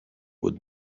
would